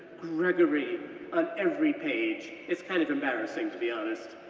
gregory, on every page, it's kind of embarrassing, to be honest.